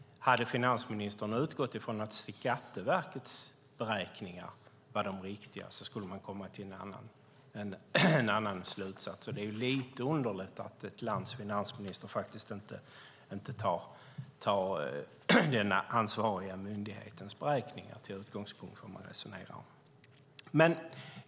Hade finansministern utgått från att Skatteverkets beräkningar är de riktiga hade man kommit till en annan slutsats. Det är lite underligt att ett lands finansminister inte tar den ansvariga myndighetens beräkningar till utgångspunkt när han resonerar.